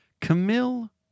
Camille